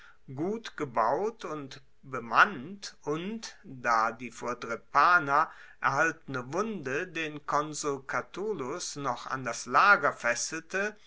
gut gebaut und bemannt und da die vor drepana erhaltene wunde den konsul catulus noch an das lager fesselte